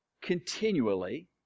continually